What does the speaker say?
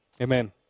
Amen